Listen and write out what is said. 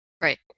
Right